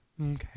Okay